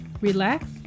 relax